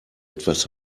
etwas